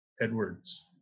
Edwards